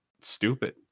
stupid